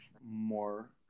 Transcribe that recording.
more